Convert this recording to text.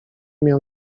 miał